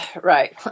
right